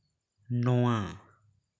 ᱱᱚᱣᱟ